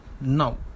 Now